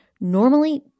normally